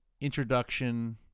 introduction